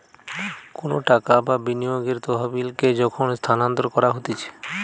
কোনো টাকা বা বিনিয়োগের তহবিলকে যখন স্থানান্তর করা হতিছে